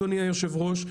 אדוני היושב-ראש,